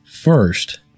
first